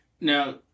Now